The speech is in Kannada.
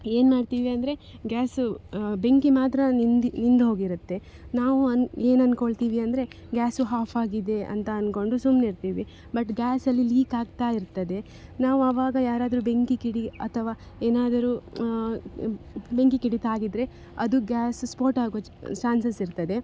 ಏನ್ಮಾಡ್ತೀವಿ ಅಂದರೆ ಗ್ಯಾಸು ಬೆಂಕಿ ಮಾತ್ರ ನಂದಿ ನಂದ್ಹೋಗಿರುತ್ತೆ ನಾವು ಅನ್ ಏನಂದ್ಕೊಳ್ತೀವಿ ಅಂದರೆ ಗ್ಯಾಸು ಆಫಾಗಿದೆ ಅಂತ ಅಂದ್ಕೊಂಡು ಸುಮ್ನಿರ್ತಿವಿ ಬಟ್ ಗ್ಯಾಸಲ್ಲಿ ಲಿಕಾಗ್ತಾಯಿರ್ತದೆ ನಾವು ಅವಾಗ ಯಾರಾದರೂ ಬೆಂಕಿ ಕಿಡಿ ಅಥವಾ ಏನಾದರೂ ಬೆಂಕಿ ಕಿಡಿ ತಾಗಿದರೆ ಅದು ಗ್ಯಾಸ್ ಸ್ವೋಟ ಆಗುವ ಚಾನ್ಸಸ್ ಇರ್ತದೆ